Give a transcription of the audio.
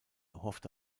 hoffte